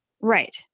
Right